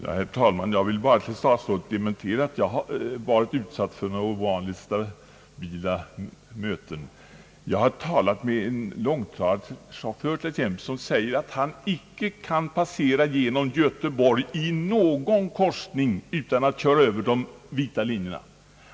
Herr talman! Jag vill bara till statsrådet dementera att jag skulle varit utsatt för några ovanliga möten. Jag har t.ex. talat med en långtradarchaufför som sagt att han icke kan passera genom Göteborg i någon korsning utan att köra över de vita linjerna.